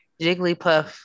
jigglypuff